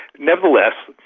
nevertheless,